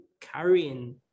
carrying